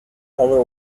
over